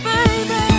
Baby